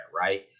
right